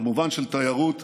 כמובן של תיירות,